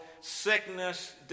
sickness